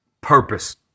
purpose